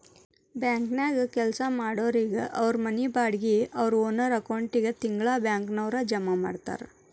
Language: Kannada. ಬ್ಯಾಂಕನ್ಯಾಗ್ ಕೆಲ್ಸಾ ಮಾಡೊರಿಗೆ ಅವ್ರ್ ಮನಿ ಬಾಡ್ಗಿ ಅವ್ರ್ ಓನರ್ ಅಕೌಂಟಿಗೆ ತಿಂಗ್ಳಾ ಬ್ಯಾಂಕ್ನವ್ರ ಜಮಾ ಮಾಡ್ತಾರ